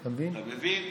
אתה מבין,